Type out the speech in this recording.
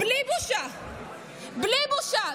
בלי בושה, בלי בושה.